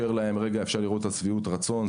אפשר לראות את שביעות הרצון,